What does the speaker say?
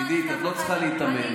עידית, את לא צריכה להיתמם.